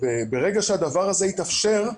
ברגע שהדבר הזה יתאפשר,